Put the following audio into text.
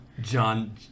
John